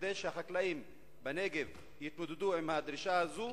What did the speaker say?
כדי שהחקלאים בנגב יתמודדו עם הדרישה הזאת?